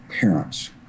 parents